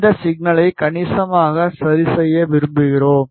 இந்த சிக்னலை கணிசமாக சரி செய்ய விரும்புகிறோம்